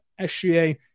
SGA